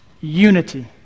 Unity